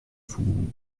vous